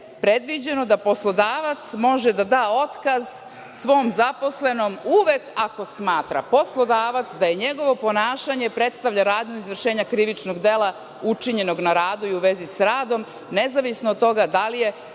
predviđeno da poslodavac može da da otkaz svom zaposlenom uvek ako smatra poslodavac da njegovo ponašanje predstavlja radnju izvršenja krivičnog dela učinjenog na radu i u vezi sa radom, nezavisno od toga da li je